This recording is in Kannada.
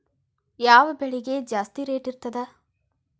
ಯಾವ ಬೆಳಿಗೆ ಜಾಸ್ತಿ ರೇಟ್ ಇರ್ತದ?